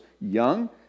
young